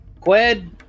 Qued